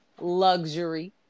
luxury